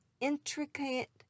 intricate